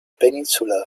peninsula